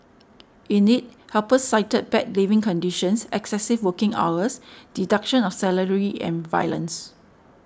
in it helpers cited bad living conditions excessive working hours deduction of salary and violence